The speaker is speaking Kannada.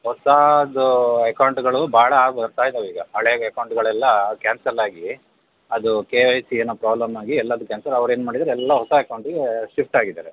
ಹೊಸದು ಎಕೌಂಟ್ಗಳು ಭಾಳ ಬರ್ತಾ ಇದಾವೀಗ ಹಳೆ ಎಕೌಂಟ್ಗಳೆಲ್ಲ ಕ್ಯಾನ್ಸಲ್ ಆಗಿ ಅದು ಕೆ ವೈ ಸಿ ಏನೋ ಪ್ರಾಬ್ಲಮ್ ಆಗಿ ಎಲ್ಲವು ಕ್ಯಾನ್ಸಲ್ ಅವರು ಏನು ಮಾಡಿದ್ದಾರೆ ಎಲ್ಲ ಹೊಸ ಅಕೌಂಟಿಗೆ ಶಿಫ್ಟ್ ಆಗಿದ್ದಾರೆ